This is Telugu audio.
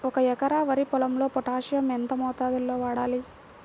ఒక ఎకరా వరి పొలంలో పోటాషియం ఎంత మోతాదులో వాడాలి?